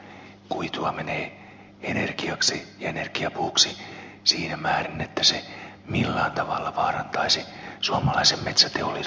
en pelkää että kuitua menee energiaksi ja energiapuuksi siinä määrin että se millään tavalla vaarantaisi suomalaisen metsäteollisuuden puuntarpeen